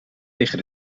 tegen